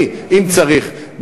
אם צריך,